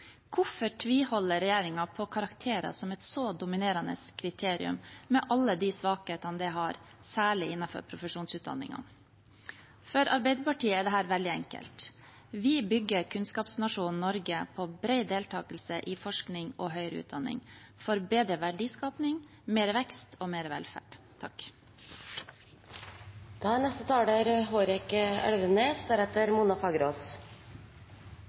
Hvorfor tviholder regjeringen på karakterer som et så dominerende kriterium, med alle de svakhetene det har, særlig innenfor profesjonsutdanningene? For Arbeiderpartiet er dette veldig enkelt. Vi bygger kunnskapsnasjonen Norge på bred deltakelse i forskning og høyere utdanning – for bedre verdiskaping, mer vekst og mer velferd.